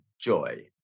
joy